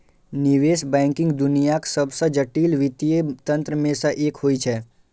निवेश बैंकिंग दुनियाक सबसं जटिल वित्तीय तंत्र मे सं एक होइ छै